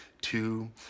two